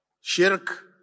shirk